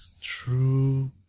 True